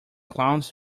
clowns